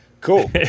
cool